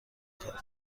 کار